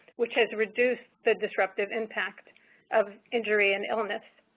which has reduce the disruptive impact of injury and illness.